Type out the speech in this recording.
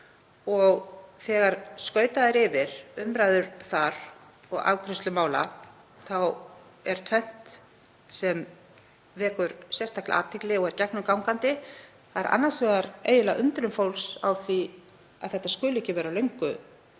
Þegar skautað er yfir umræður þar og afgreiðslu mála er tvennt sem vekur sérstaklega athygli og er gegnumgangandi. Það er annars vegar undrun fólks á því að þetta skuli ekki vera löngu